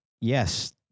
yes